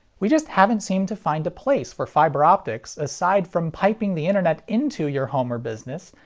we just haven't seemed to find a place for fiber optics aside from piping the internet into your home or business,